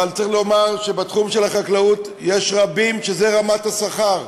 אבל צריך לומר שבתחום של החקלאות יש רבים שזו רמת השכר,